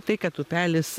tai kad upelis